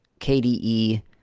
KDE